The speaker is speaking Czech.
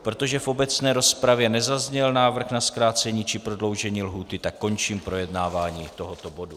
Protože v obecné rozpravě nezazněl návrh na zkrácení či prodloužení lhůty, končím projednávání tohoto bodu.